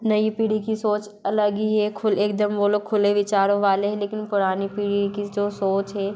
नई पीढ़ी की सोच अलग ही है एकदम वो लोग खुले विचारों वाले हें लेकिन पुरानी पीढ़ी की जो सोच है